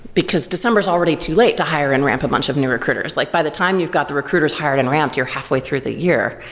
because december is already too late to hire and ramp a bunch of new recruiters. like by the time you've got the recruiters hired and ramped, you're halfway through the year